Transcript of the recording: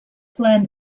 plain